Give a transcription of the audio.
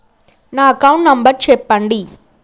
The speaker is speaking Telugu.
నా అకౌంట్ నంబర్ చెప్పండి?